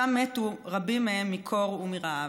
ושם מתו רבים מהם מקור ומרעב.